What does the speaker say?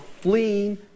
fleeing